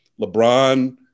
LeBron